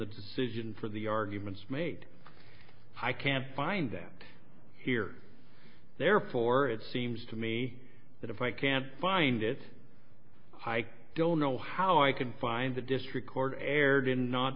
the decision for the arguments made i can't find that here therefore it seems to me that if i can't find it i don't know how i can find the district court erred in not